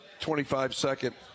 25-second